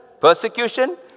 persecution